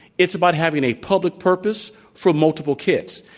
it's about having a public purpose for multiple kids,